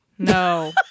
No